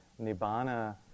nibbana